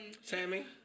Sammy